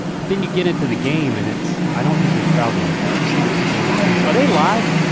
but then you get into the game and i don't think there's crowd noise. but you see the people on the screens, are they live?